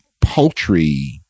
poultry